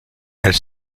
elle